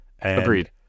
Agreed